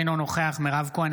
אינו נוכח מירב כהן,